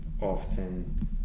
often